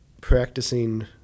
practicing